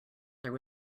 there